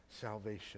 salvation